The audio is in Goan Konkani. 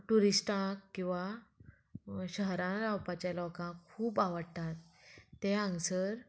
टुरिस्टाक किंवां शहरान रावपाचें लोकाक खूब आवडटात ते हांगसर